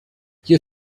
hier